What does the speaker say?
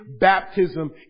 baptism